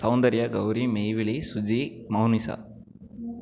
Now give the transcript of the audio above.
Soundarya Gowri Meivizhi Suji Mounisha